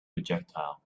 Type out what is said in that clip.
projectile